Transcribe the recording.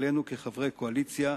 עלינו, כחברי הקואליציה,